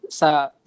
sa